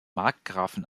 markgrafen